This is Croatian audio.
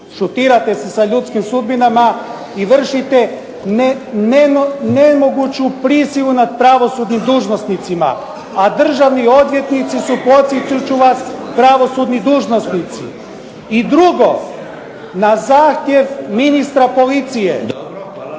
Šutirate se sa ljudskim sudbinama i vršite nemoguću prisilu nad pravosudnim dužnosnicima, a državni odvjetnici su podsjetit ću vas pravosudni dužnosnici. I drugo, na zahtjev ministra policije.